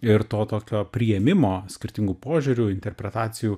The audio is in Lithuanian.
ir to tokio priėmimo skirtingų požiūrių interpretacijų